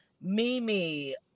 Mimi